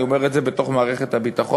אני אומר את זה בתוך מערכת הביטחון,